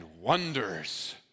wonders